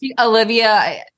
Olivia